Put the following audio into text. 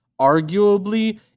arguably